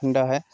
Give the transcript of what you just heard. हुँडा है